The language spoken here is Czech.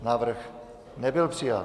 Návrh nebyl přijat.